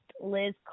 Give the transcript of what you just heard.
Liz